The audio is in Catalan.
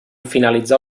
finalitzar